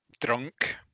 drunk